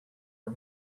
are